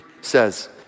says